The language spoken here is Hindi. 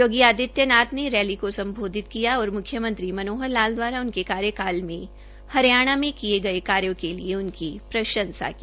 योगी आदित्य नाथ ने रैली को सम्बोधित किया और मुख्यमंत्री मनोहर लाल उनके कार्यकाल में हरियाणा में किए कार्यो के लिए उनकी प्रंशसा की